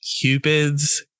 Cupid's